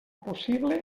possible